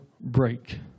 break